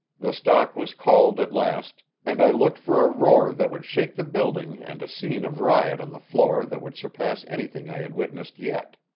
the stock was called at last, and i looked for a roar that would shake the building and a scene of riot on the floor that would surpass anything i had witnessed yet.